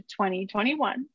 2021